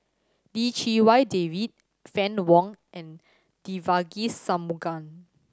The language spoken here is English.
Lim Chee Wai David Fann Wong and Devagi Sanmugam